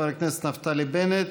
חבר הכנסת נפתלי בנט.